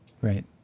Right